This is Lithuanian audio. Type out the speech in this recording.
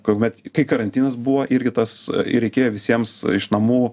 tuomet kai karantinas buvo irgi tas ir reikėjo visiems iš namų